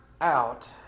out